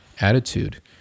attitude